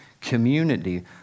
community